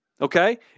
okay